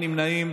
אין נמנעים.